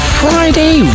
friday